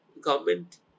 Government